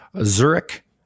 Zurich